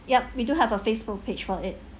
yup we do have a facebook page for it